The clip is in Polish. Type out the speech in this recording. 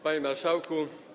Panie Marszałku!